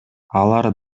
алар